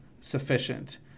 sufficient